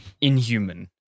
inhuman